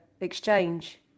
exchange